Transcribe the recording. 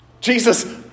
Jesus